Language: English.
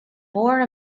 more